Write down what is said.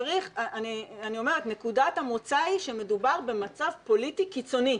אני אומרת שנקודת המוצא היא שמדובר במצב פוליטי קיצוני.